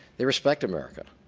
they respect america.